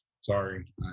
Sorry